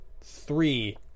three